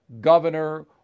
governor